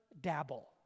dabble